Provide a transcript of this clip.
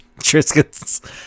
Triscuits